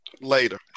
later